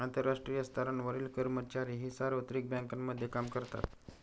आंतरराष्ट्रीय स्तरावरील कर्मचारीही सार्वत्रिक बँकांमध्ये काम करतात